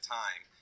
time